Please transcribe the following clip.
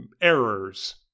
errors